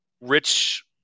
rich